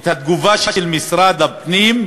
את התגובה של משרד הפנים,